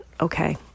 okay